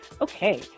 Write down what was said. Okay